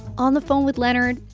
on the phone with leonard,